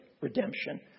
redemption